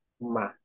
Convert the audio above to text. ma